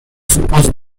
suppose